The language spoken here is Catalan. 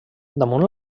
damunt